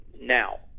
Now